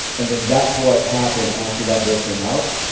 and then that's what happened after that bill came out,